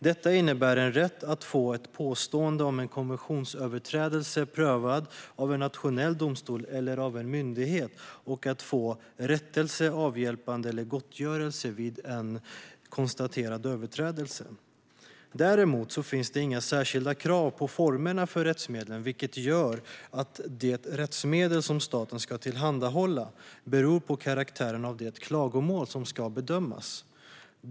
Detta innebär en rätt att få ett påstående om en konventionsöverträdelse prövat av en nationell domstol eller av en myndighet och att få rättelse, avhjälpande eller gottgörelse vid en konstaterad överträdelse. Däremot finns inga särskilda krav på formerna för rättsmedlen, vilket gör att det rättsmedel som staten ska tillhandahålla beror på karaktären av det klagomål som ska bedömas.